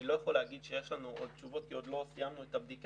אני לא יכול להגיד שיש לנו תשובות כי עוד לא סיימנו את הבדיקה.